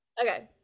okay